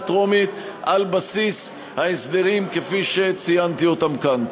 הטרומית על בסיס ההסדרים כפי שציינתי אותם כאן.